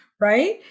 right